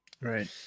right